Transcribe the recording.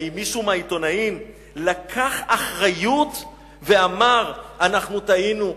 האם מישהו מהעיתונאים לקח אחריות ואמר: אנחנו טעינו,